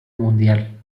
mundial